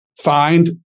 find